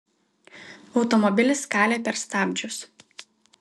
automobilis kalė per stabdžius